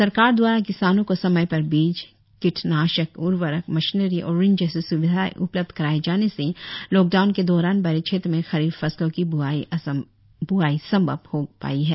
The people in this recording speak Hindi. सरकार दवारा किसानों को समय पर बीज कीटनाशक उर्वरक मशीनरी और ऋण जैसी स्विधाएं उपलब्ध कराए जाने से लॉकडाउन के दौरान बडे क्षेत्र में खरीफ फसलों की ब्आई संभव हो पाई है